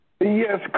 Yes